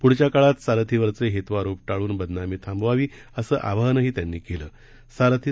पुढच्या काळात सारथीवरचे हेत्वारोप टाळून बदनामी थांबवावी असे आवाहनही त्यांनी केलेसारथी